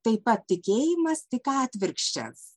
taip pat tikėjimas tik atvirkščias